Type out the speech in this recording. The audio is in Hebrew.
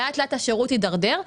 ולאט לאט השירות התדרדר.